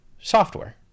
software